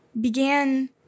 began